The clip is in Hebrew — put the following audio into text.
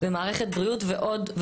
ומערכת בריאות ועוד,